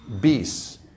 beasts